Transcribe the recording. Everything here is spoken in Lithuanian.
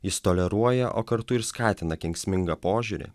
jis toleruoja o kartu ir skatina kenksmingą požiūrį